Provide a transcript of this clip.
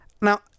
Now